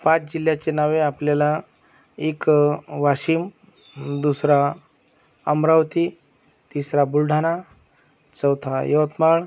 पाच जिल्ह्याची नावे आपल्याला एक वाशिम दुसरा अमरावती तिसरा बुलढाणा चौथा यवतमाळ